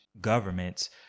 governments